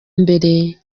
mbere